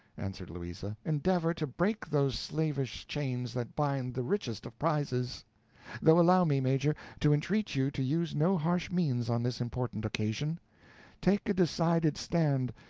answered louisa, endeavor to break those slavish chains that bind the richest of prizes though allow me, major, to entreat you to use no harsh means on this important occasion take a decided stand,